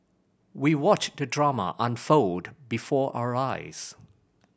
we watched the drama unfold before our eyes